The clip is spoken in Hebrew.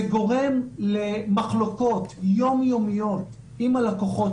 זה גורם למחלוקות יום יומיות עם הלקוחות